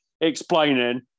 explaining